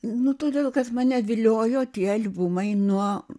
nu todėl kad mane viliojo tie albumai nuo